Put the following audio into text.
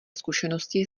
zkušenosti